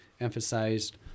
emphasized